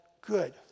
good